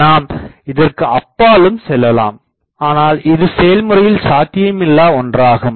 நாம் இதற்கு அப்பாலும் செல்லலாம் ஆனால் இது செயல்முறையில் சாத்தியமில்லா ஒன்றாகும்